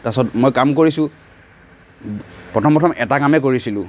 তাৰপাছত মই কাম কৰিছোঁ প্ৰথম প্ৰথম এটা কামে কৰিছিলোঁ